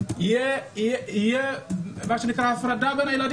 תהיה הפרדה בין הילדים.